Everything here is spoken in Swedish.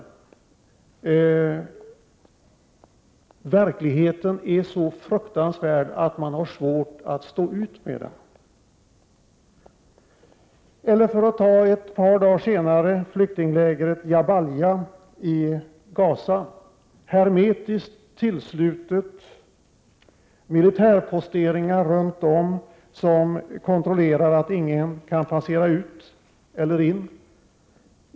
Verkligheten är så fruktansvärd att vi har svårt att stå ut med den. Ett par dagar senare besöker vi flyktinglägret Jabalyah i Gaza. Det var hermetiskt tillslutet, med militärposteringar runt om som kontrollerar att ingen kan passera ut eller in.